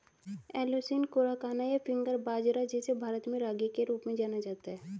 Eleusine coracana, या finger बाजरा, जिसे भारत में रागी के रूप में जाना जाता है